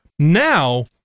Now